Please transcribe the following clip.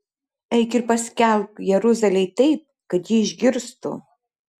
eik ir paskelbk jeruzalei taip kad ji išgirstų